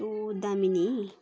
कस्तो दामी नि